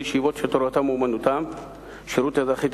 ישיבות שתורתם אומנותם (שירות אזרחי),